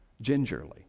gingerly